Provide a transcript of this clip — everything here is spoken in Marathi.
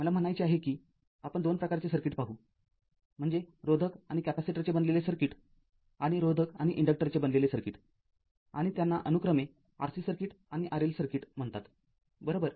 मला म्हणायचे आहे की आपण २ प्रकारचे सर्किट पाहू म्हणजे रोधक आणि कॅपेसिटरचे बनलेले सर्किट आणि रोधक आणि इन्डक्टरचे बनलेले सर्किट आणि त्यांना अनुक्रमे RC सर्किट आणि RL सर्किट म्हणतात बरोबर